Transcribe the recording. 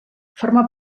forma